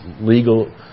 legal